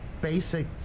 basic